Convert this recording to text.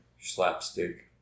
slapstick